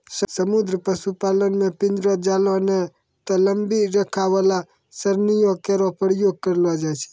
समुद्री पशुपालन म पिंजरो, जालों नै त लंबी रेखा वाला सरणियों केरो प्रयोग करलो जाय छै